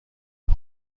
بود